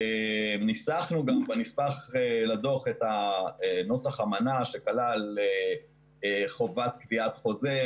ניסחנו נספח לדוח את נוסח האמנה שכלל חובת קביעת חוזה,